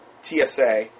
TSA